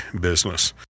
business